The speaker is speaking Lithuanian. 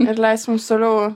ir leis mums toliau